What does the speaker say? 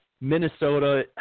Minnesota